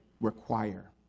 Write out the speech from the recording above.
require